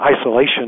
isolation